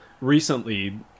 recently